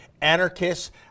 anarchists